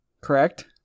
Correct